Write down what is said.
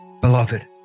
Beloved